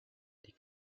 die